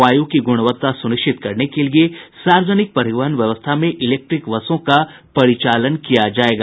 वायु की गुणवत्ता सुनिश्चित करने के लिये सार्वजनिक परिवहन व्यवस्था में इलेक्ट्रीक बसों का परिचालन किया जायेगा